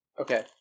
Okay